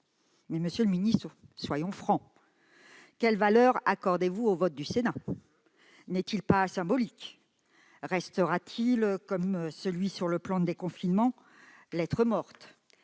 du Parlement, mais soyons francs : quelle valeur accordez-vous au vote du Sénat ? N'est-il pas symbolique ? Restera-t-il, comme le vote sur le plan de déconfinement, lettre morte ?